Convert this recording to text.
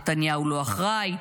נתניהו לא אחראי,